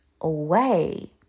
away